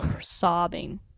sobbing